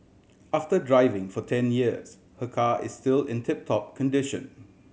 after driving for ten years her car is still in tip top condition